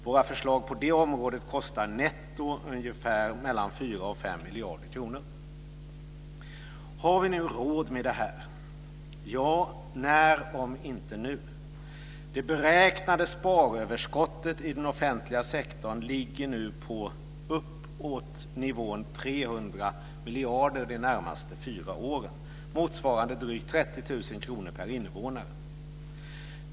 Våra förslag på det området kostar netto ungefär 4-5 miljarder kronor. Har vi nu råd med detta? Ja, när om inte nu? Det beräknade sparöverskottet i den offentliga sektorn ligger nu på uppåt nivån 300 miljarder under de närmaste fyra åren, motsvarande drygt 30 000 kr per invånare.